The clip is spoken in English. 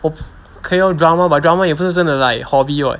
我 okay lor drama but drama 也不是真的 like hobby [what]